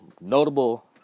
notable